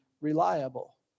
reliable